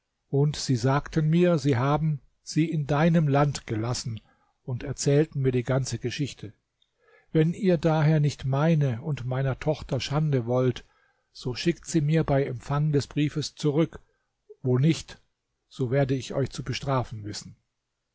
und sie sagten mir sie haben sie in deinem land gelassen und erzählten mir die ganze geschichte wenn ihr daher nicht meine und meiner tochter schande wollt so schickt sie mir bei empfang des briefes zurück wo nicht so werde ich euch zu bestrafen wissen